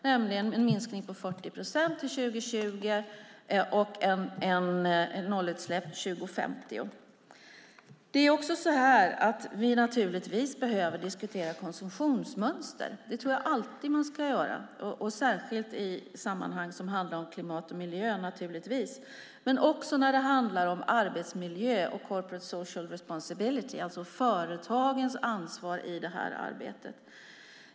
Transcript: Det handlar om en minskning på 40 procent till 2020 och ett nollutsläpp 2050. Vi behöver naturligtvis diskutera konsumtionsmönster. Det tror jag att man alltid ska göra, särskilt i sammanhang som handlar om klimat och miljö. Men det gäller också arbetsmiljö och corporate social responsibility, alltså företagens ansvar i arbetet. Fru talman!